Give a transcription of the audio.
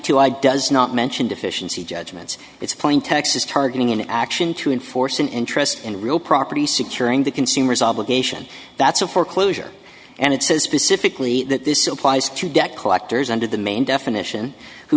two i does not mention deficiency judgments it's point texas targeting an action to enforce an interest in real property securing the consumers obligation that's a foreclosure and it says specifically that this applies to debt collectors under the main definition who